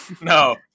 no